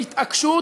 בהתעקשות,